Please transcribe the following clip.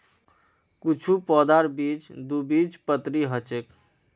कुछू पौधार बीज द्विबीजपत्री ह छेक